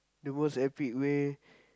the most epic way